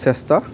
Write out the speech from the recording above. চেষ্টা